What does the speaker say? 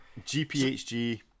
GPHG